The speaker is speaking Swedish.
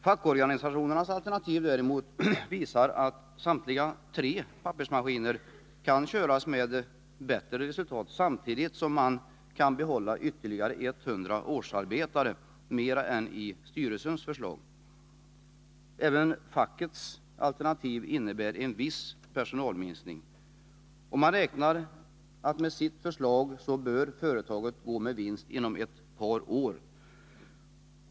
Fackorganisationens alternativ visar däremot att samtliga tre pappersmaskiner kan köras med bättre resultat, samtidigt som man kan behålla ytterligare 100 årsarbetare mer än enligt styrelsens förslag. Även fackets alternativ innebär en viss minskning av personalen. Facket räknar med att med dess förslag bör företaget gå med vinst inom ett par år.